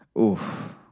oof